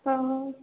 ہاں